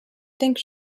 think